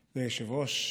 היושב-ראש,